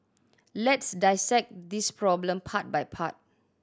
let's dissect this problem part by part